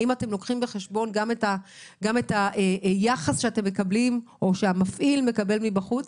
האם אתם לוקחים בחשבון גם את היחס שמקבלים או שהמפעיל מקבל מבחוץ?